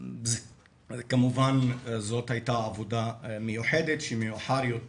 כמובן זאת הייתה עבודה מיוחדת שמאוחר יותר